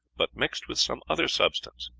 but mixed with some other substance,